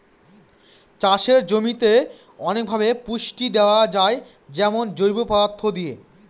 চাষের জমিতে অনেকভাবে পুষ্টি দেয়া যায় যেমন জৈব পদার্থ দিয়ে